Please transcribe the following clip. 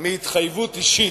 מהתחייבות אישית.